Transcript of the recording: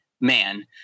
man